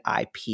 IP